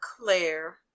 claire